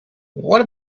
what